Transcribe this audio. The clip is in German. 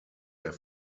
der